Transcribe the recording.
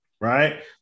Right